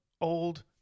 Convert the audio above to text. old